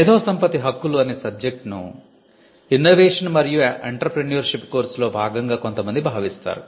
మేధో సంపత్తి హక్కులు అనే సబ్జెక్టు ను 'ఇన్నోవేషన్ మరియు ఎంటర్ప్రెన్యూర్షిప్' కోర్సులో భాగంగా కొంతమంది భావిస్తారు